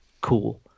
cool